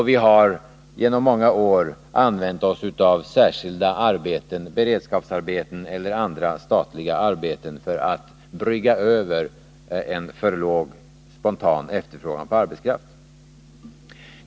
Vi har också genom många år använt oss av särskilda beredskapsarbeten och andra statliga arbeten för att brygga över en för låg spontan efterfrågan på arbetskraft.